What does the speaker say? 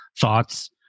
thoughts